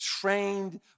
trained